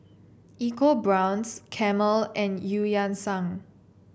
EcoBrown's Camel and Eu Yan Sang